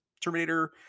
terminator